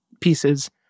pieces